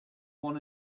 one